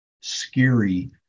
scary